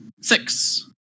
Six